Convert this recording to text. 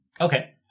Okay